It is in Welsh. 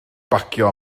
bacio